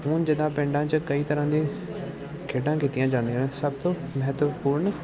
ਹੁਣ ਜਿੱਦਾਂ ਪਿੰਡਾਂ 'ਚ ਕਈ ਤਰ੍ਹਾਂ ਦੇ ਖੇਡਾਂ ਕੀਤੀਆਂ ਜਾਂਦੀਆਂ ਹਨ ਸਭ ਤੋਂ ਮਹੱਤਵਪੂਰਨ